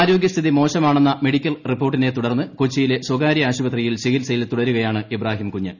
ആര്യോഗ്യസ്ഥി മോശമാണെന്ന മെഡിക്കൽ റിപ്പോർട്ടിനെ തുടർന്ന് പ്പ്കൊച്ചിയിലെ സ്വകാര്യ ആശുപത്രിയിൽ ചികിത്സയിൽ തുടർുക്യാണ് ഇബ്രാഹിം കുഞ്ഞ്